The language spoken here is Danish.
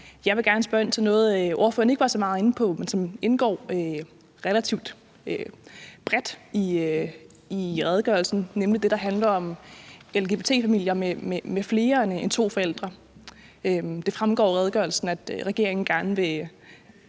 Jeg vil gerne spørge ind til noget, ordføreren ikke var så meget inde på, men som indgår relativt bredt i redegørelsen, nemlig det, der handler om lgbt-familier med flere end to forældre. Det fremgår af redegørelsen, at regeringen gerne vil